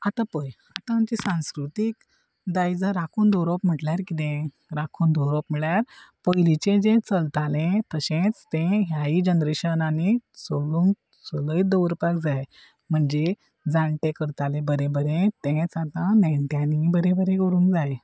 आतां पळय आतां आमचे सांस्कृतीक दायजा राखून दवरप म्हटल्यार कितें राखून दवरप म्हळ्यार पयलींचे जे चलताले तशेंच तें ह्याय जनरेशनांनी सोलूंक सलयत दवरपाक जाय म्हणजे जाणटे करताले बरें बरें तेंच आतां नेण्ट्यांनी बरे बरे करूंक जाय